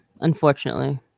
Unfortunately